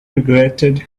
regretted